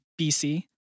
BC